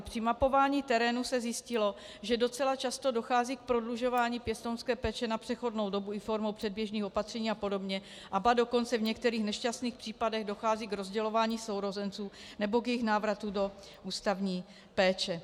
Při mapování terénu se zjistilo, že docela často dochází k prodlužování pěstounské péče na přechodnou dobu i formou předběžných opatření apod., ba dokonce v některých nešťastných případech dochází k rozdělování sourozenců nebo k jejich návratu do ústavní péče.